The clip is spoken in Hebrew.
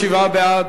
57 בעד,